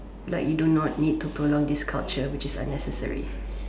like you do not need to prolong this culture which is unnecessary